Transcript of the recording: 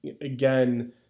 again